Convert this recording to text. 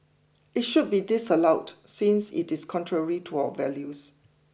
it should be disallowed since it is contrary to our values